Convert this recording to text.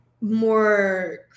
more